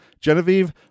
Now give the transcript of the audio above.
Genevieve